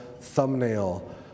thumbnail